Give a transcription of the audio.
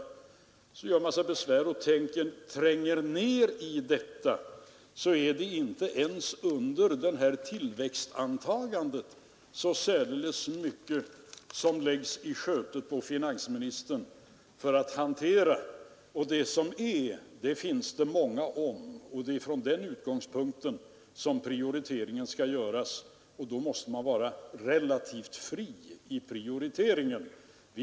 Gör man sig besvär att tränga in i problemen finner man att det inte ens med det här tillväxtantagandet blir särdeles mycket som läggs i skötet på finansministern. Och det som läggs där skall många dela på, och det är från den utgångspunkten som prioriteringen skall göras. Vi måste vara relativt fria när vi gör den prioriteringen.